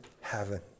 heaven